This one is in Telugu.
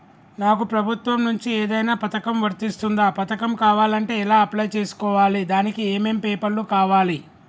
నాకు ప్రభుత్వం నుంచి ఏదైనా పథకం వర్తిస్తుందా? పథకం కావాలంటే ఎలా అప్లై చేసుకోవాలి? దానికి ఏమేం పేపర్లు కావాలి?